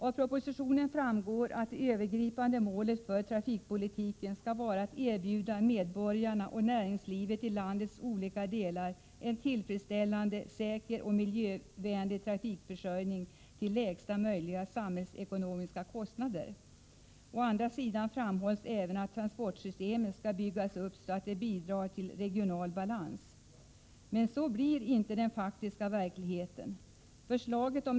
Av propositionen framgår att det: övergripande målet för trafikpolitiken skall vara att erbjuda medborgarna och näringslivet i landets olika delar en tillfredsställande, säker och miljövänlig trafikförsörjning till lägsta möjliga samhällsekonomiska kostnader. Å andra sidan framhålls även att transportsystemet skall byggas upp så att det bidrar till regional balans. Men så blir inte den faktiska verkligheten.